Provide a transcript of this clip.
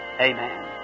amen